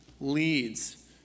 leads